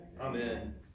Amen